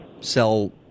sell